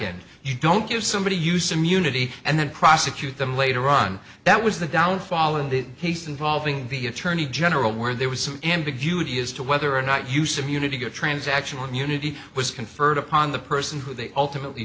end you don't give somebody use immunity and then prosecute them later on that was the down fall in the case involving the attorney general where there was some ambiguity as to whether or not use immunity or transactional immunity was conferred upon the person who they ultimately